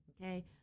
okay